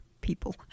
people